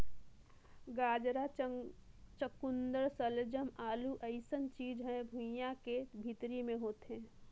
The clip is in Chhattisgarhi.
गाजरा, चकुंदर सलजम, आलू अइसन चीज हर भुइंयां के भीतरी मे होथे